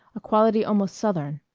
a quality almost southern.